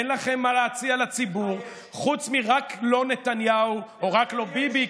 אין לכם מה להציע לציבור חוץ מ"רק לא נתניהו" או "רק לא ביבי",